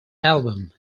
album